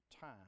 time